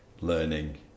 learning